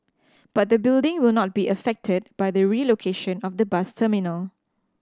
but the building will not be affected by the relocation of the bus terminal